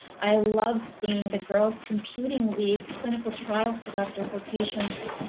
i loved seeing the girls computing lead clinical trial selector for patients.